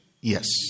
Yes